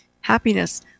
Happiness